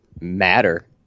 matter